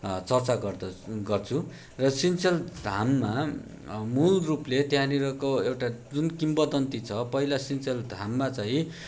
चर्चा गर्द गर्छु र सन्चेल धाममा मूल रूपले त्यहाँनिरको एउटा जुन किंवदन्ती छ पहिला सिन्चेल धाममा चाहिँ